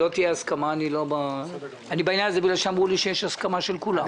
אני בעניין הזה, מפני שאמרו לי שיש הסכמה של כולם.